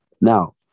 Now